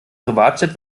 privatjet